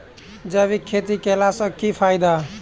जैविक खेती केला सऽ की फायदा?